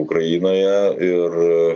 ukrainoje ir